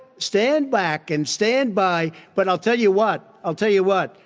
stand back and stand by. but i'll tell you what, i'll tell you what.